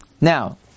Now